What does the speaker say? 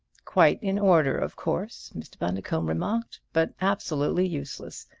quite in order, of course, mr. bundercombe remarked, but absolutely useless.